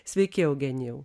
sveiki eugenijau